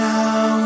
now